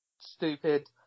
Stupid